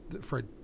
Fred